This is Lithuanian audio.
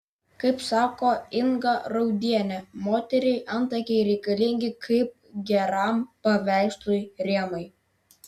kaip sako inga raudienė moteriai antakiai reikalingi kaip geram paveikslui rėmai